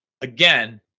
again